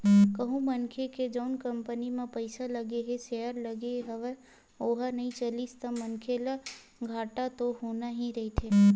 कहूँ मनखे के जउन कंपनी म पइसा लगे हे सेयर लगे हवय ओहा नइ चलिस ता मनखे ल घाटा तो होना ही रहिथे